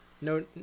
No